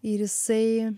ir jisai